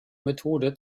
methode